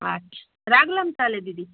আচ্ছা রাখলাম তাহলে দিদি